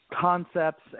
concepts